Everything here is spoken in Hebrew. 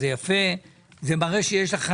זה יפה, זה מראה שיש לך